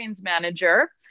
manager